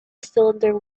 cylinder